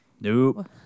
Nope